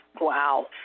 Wow